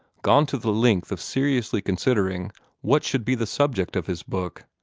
gone to the length of seriously considering what should be the subject of his book.